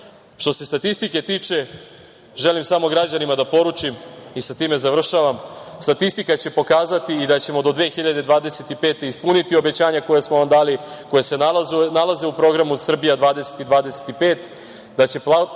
se statistike tiče, želim samo građanima da poručim i sa time završavam, statistika će pokazati i da ćemo do 2025. godine ispuniti obećanja koja smo vam dali, koja se nalaze u programu Srbija 2025, da će